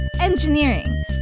engineering